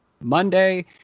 Monday